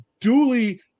duly